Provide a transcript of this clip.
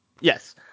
Yes